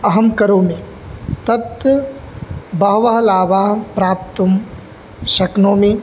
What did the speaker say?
अहं करोमि तत् बहवः लाभाः प्राप्तुं शक्नोमि